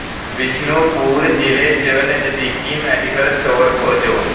बिशनुपुर जि'ले च नजदीकी मैडिकल स्टोर खोजो